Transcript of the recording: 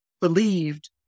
believed